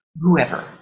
whoever